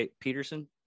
Peterson